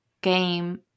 game